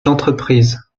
l’entreprise